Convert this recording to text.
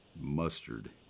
mustard